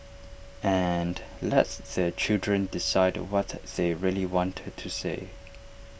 and let the children decide what they really want to say